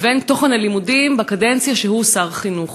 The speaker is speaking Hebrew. לבין תוכן הלימודים בקדנציה שהוא שר החינוך.